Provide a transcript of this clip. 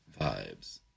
vibes